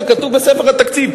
זה כתוב בספר התקציב,